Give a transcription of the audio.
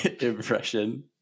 impression